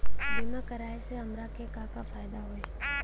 बीमा कराए से हमरा के का फायदा होई?